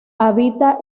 habita